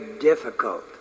difficult